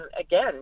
again